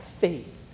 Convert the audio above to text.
faith